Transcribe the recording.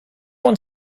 one